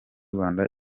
rwanda